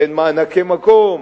תן מענקי מקום,